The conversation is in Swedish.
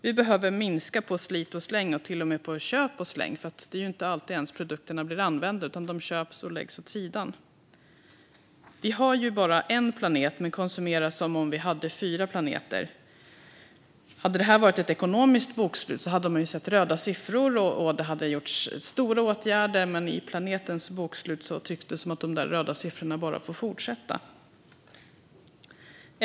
Vi behöver minska på slit-och-släng - och till och med på köp-och-släng. Det är inte alltid produkter ens blir använda, utan de köps och läggs åt sidan. Vi har bara en planet men konsumerar som om vi hade fyra planeter. Om det hade varit ett ekonomiskt bokslut så hade man sett röda siffror. Det hade gjorts stora åtgärder, men i planetens bokslut tycks det som de röda siffrorna bara får fortsätta.